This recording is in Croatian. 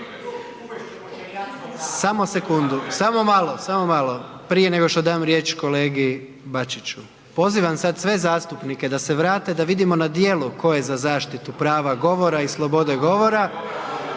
Samo sekundu, samo malo, samo malo. Prije nego što dam riječ kolegi Bačiću. Pozivam sad sve zastupnike da se vrate da vidimo na djelu tko je zaštitu prava govora i slobode govore